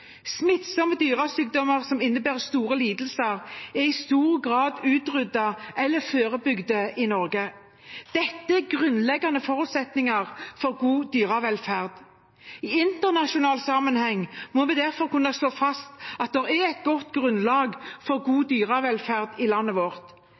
Smittsomme dyresykdommer som innebærer store lidelser, er i stor grad utryddet eller forebygget i Norge. Dette er grunnleggende forutsetninger for god dyrevelferd. I internasjonal sammenheng må vi derfor kunne slå fast at det er et godt grunnlag for